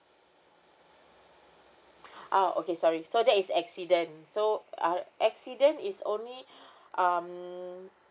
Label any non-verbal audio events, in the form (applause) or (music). (breath) oh okay sorry so that is accident so uh accident is only (breath) um